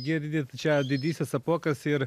girdit čia didysis apuokas ir